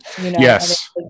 Yes